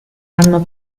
anno